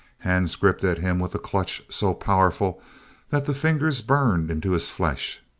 hands gripped at him with a clutch so powerful that the fingers burned into his flesh.